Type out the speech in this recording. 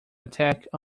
attack